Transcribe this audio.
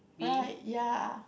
right ya